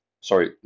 sorry